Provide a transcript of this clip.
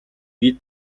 бие